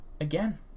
Again